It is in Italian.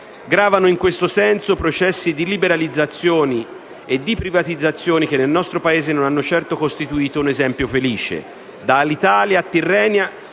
Gravano in questo senso processi di liberalizzazione e di privatizzazione che nel nostro Paese non hanno certo costituito un esempio felice,